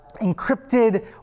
encrypted